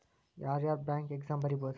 ಯಾರ್ಯಾರ್ bank exam ಬರಿಬೋದು